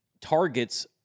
targets